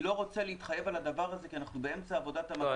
אני לא רוצה להתחייב על הדבר הזה כי אנחנו באמצע עבודת --- לא,